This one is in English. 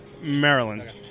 Maryland